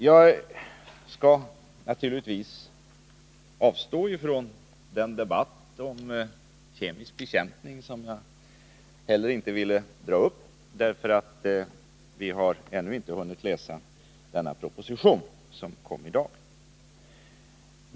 Jag skall nu avstå från debatten om kemisk bekämpning. Jag har inte velat dra upp den debatten, eftersom vi ännu inte hunnit läsa den proposition som kom i dag.